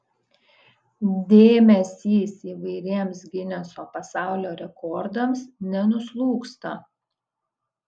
dėmesys įvairiems gineso pasaulio rekordams nenuslūgsta